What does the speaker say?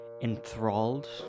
enthralled